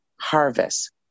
harvest